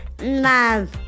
love